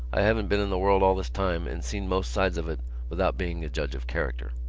i haven't been in the world all this time and seen most sides of it without being a judge of character.